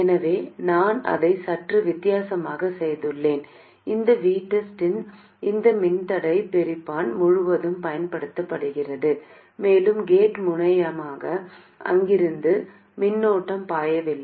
எனவே நான் அதை சற்று வித்தியாசமாக செய்வேன் இந்த VTEST இந்த மின்தடை பிரிப்பான் முழுவதும் பயன்படுத்தப்படுகிறது மேலும் கேட் முனையமான இங்கிருந்து மின்னோட்டம் பாயவில்லை